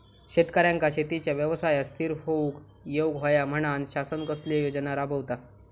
शेतकऱ्यांका शेतीच्या व्यवसायात स्थिर होवुक येऊक होया म्हणान शासन कसले योजना राबयता?